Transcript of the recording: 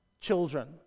children